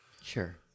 Sure